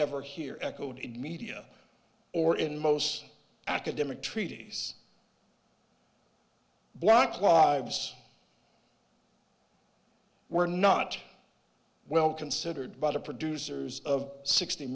ever hear echoed in media or in most academic treaties block lives were not well considered by the producers of sixty